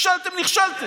נכשלתם, נכשלתם.